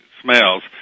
smells